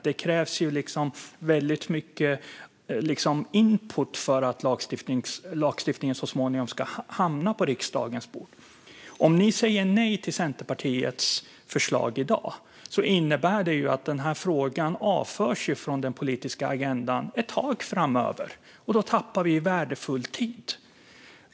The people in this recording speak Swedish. Det krävs väldigt mycket input för att lagstiftningen så småningom ska hamna på riksdagens bord. Om ni säger nej till Centerpartiets förslag i dag innebär det att den här frågan avförs från den politiska agendan för ett tag framöver, och då tappar vi värdefull tid.